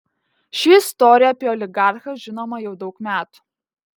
ši istorija apie oligarchą žinoma jau daug metų